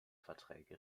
verträge